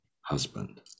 husband